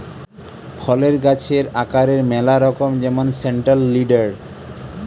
ফলের গাছের আকারের ম্যালা রকম যেমন সেন্ট্রাল লিডার